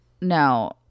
No